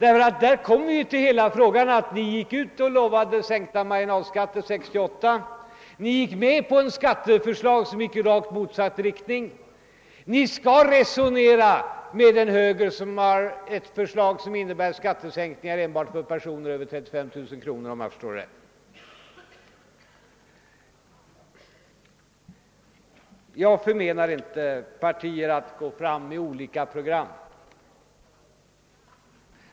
1968 gick ni ut och lovade sänkta marginalskatter, 1970 gick ni med på ett skatteförslag i rakt motsatt riktning — ni gick emot högern. Nu skall ni resonera med det parti som lagt fram ett förslag som innebär skattesänkningar enbart för personer med över 35 000 kr. i inkomst, om jag förstår rätt. Jag förmenar inte partier att gå fram med olika program.